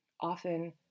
Often